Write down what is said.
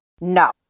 No